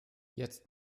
jetzt